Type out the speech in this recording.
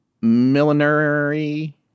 millinery